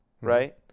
right